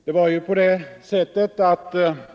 Herr talman!